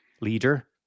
leader